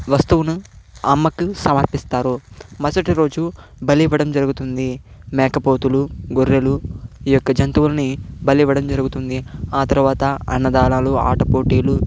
వస్తువును అమ్మకు సమర్పిస్తారు మరుసటి రోజు బలి ఇవ్వడం జరుగుతుంది మేకపోతులు గొర్రెలు ఈ యొక్క జంతువులని బలి ఇవ్వడం జరుగుతుంది ఆ తర్వాత అన్నదానాలు ఆట పోటీలు